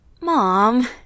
Mom